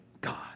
God